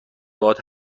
باهات